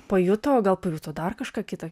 pajuto o gal pajuto dar kažką kita